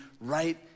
right